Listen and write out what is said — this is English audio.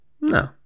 No